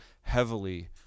heavily